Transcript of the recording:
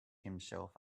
himself